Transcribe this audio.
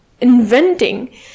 inventing